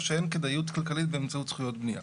שאין כדאיות כלכלית באמצעות זכויות בנייה.